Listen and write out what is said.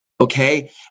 Okay